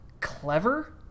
clever